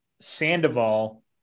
Sandoval